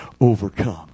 overcome